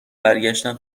برگشتن